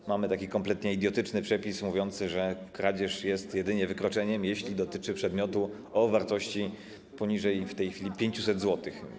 Np. mamy taki kompletnie idiotyczny przepis mówiący, że kradzież jest jedynie wykroczeniem, jeśli dotyczy przedmiotu o wartości poniżej w tej chwili 500 zł.